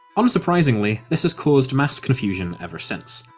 unsurprisingly, this has caused mass confusion ever since.